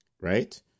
right